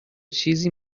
چیزی